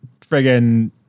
friggin